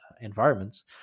environments